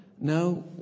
no